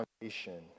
foundation